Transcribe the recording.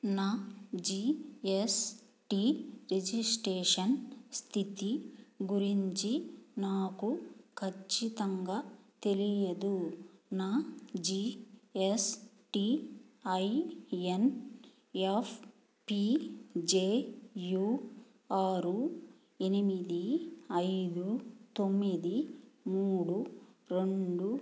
నా G S T registration స్థితి గురించి నాకు ఖచ్చితంగా తెలియదు నా G S T I N F P J U ఆరు ఎనిమిది ఐదు తొమ్మిది మూడు రెండు